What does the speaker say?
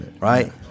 right